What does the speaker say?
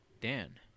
Dan